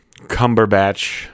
Cumberbatch